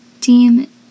team